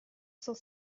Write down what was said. cent